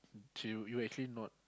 till you actually not